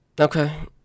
Okay